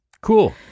Cool